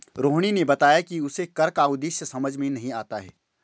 रोहिणी ने बताया कि उसे कर का उद्देश्य समझ में नहीं आता है